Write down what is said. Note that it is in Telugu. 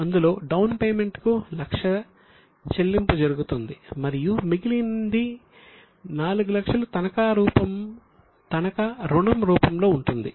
అందులో డౌన్ పేమెంట్ కు 100000 చెల్లింపు జరుగుతుంది మరియు మిగిలినది 400000 తనఖా రుణం రూపంలో ఉంటుంది